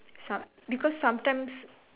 some because sometimes